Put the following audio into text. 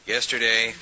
Yesterday